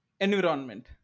environment